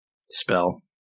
Spell